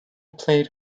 played